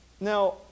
now